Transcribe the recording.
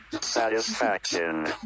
satisfaction